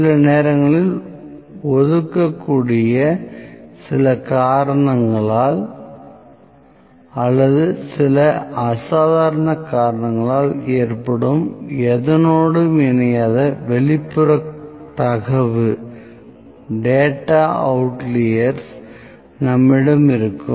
சில நேரங்களில் ஒதுக்கக்கூடிய சில காரணங்களால் அல்லது சில அசாதாரண காரணங்களால் ஏற்படும் எதனோடும் இணையாத வெளிப்புற தகவு நம்மிடம் இருக்கும்